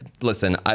listen